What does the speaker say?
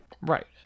Right